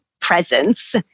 presence